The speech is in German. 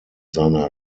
seiner